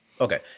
Okay